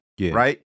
right